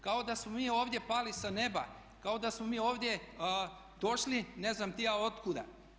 Kao da smo mi ovdje pali sa neba, kao da smo mi ovdje došli ne znam ja otkuda.